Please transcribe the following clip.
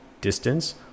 distance